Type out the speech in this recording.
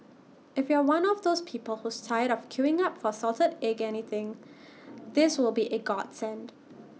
if you're one of those people who's tired of queuing up for salted egg anything this will be A godsend